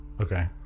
Okay